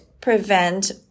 prevent